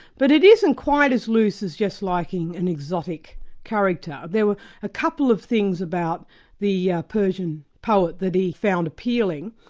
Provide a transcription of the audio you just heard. but it isn't quite as loose as just liking an exotic character. there were a couple of things about the yeah persian poet that he found appealing.